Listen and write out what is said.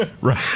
right